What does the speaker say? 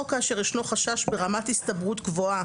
או כאשר ישנו חשש ברמת הסתברות גבוהה